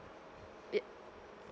yup